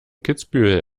kitzbühel